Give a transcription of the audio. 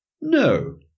No